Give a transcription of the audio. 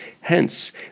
Hence